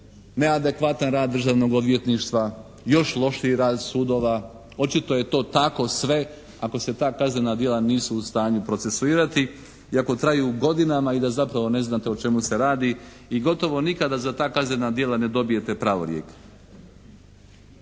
neadekvatan rad Državnog odvjetništva, još lošiji rad sudova, očito je to tako sve ako se ta kaznena djela nisu u stanju procesuirati i ako traju godinama i da zapravo ne znate o čemu se radi i gotovo nikada za ta kaznena djela ne dobijete pravorijek.